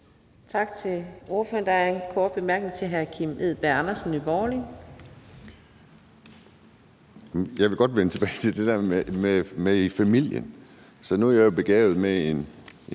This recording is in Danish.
Tak til ordføreren. Der er en kort bemærkning til hr. Kim Edberg Andersen, Nye Borgerlige.